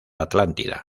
atlántida